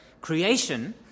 creation